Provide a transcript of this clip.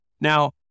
Now